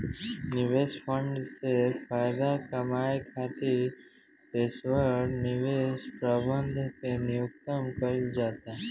निवेश फंड से फायदा कामये खातिर पेशेवर निवेश प्रबंधक के नियुक्ति कईल जाता